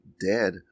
dead